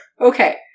Okay